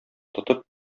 тотып